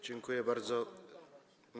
Dziękuję bardzo.